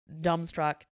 dumbstruck